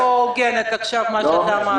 א',